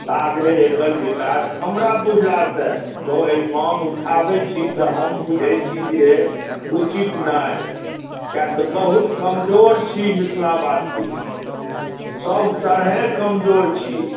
ताधरि एकर विकास हमरा बुझला से जँ एहि माङ्ग उठाबै छी तऽ हम बुझै छी जे उचित नहि किएतऽ बहुत कमजोर छी मिथिलावासी सभ तरहेँ कमजोर छी